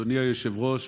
אדוני היושב-ראש,